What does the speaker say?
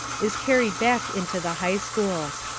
is carried back into the high schools.